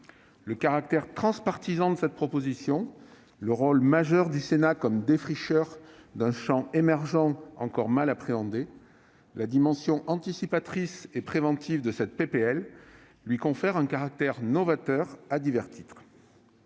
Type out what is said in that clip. Le caractère transpartisan de ce texte, le rôle majeur du Sénat comme défricheur d'un champ émergent encore mal appréhendé, la dimension anticipatrice et préventive de cette proposition de loi lui confèrent un caractère novateur à divers titres.